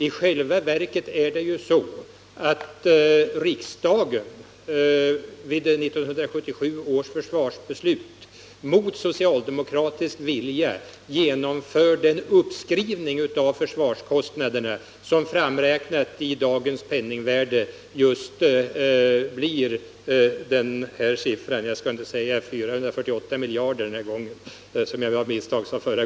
I själva verket var det ju så att riksdagen vid 1977 års försvarsbeslut mot socialdemokratisk vilja genomförde en uppskrivning av försvarskostnaderna som framräknad till dagens penningvärde blir just 440 milj.kr.